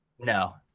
No